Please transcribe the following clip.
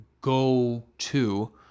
go-to